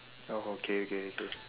oh okay okay okay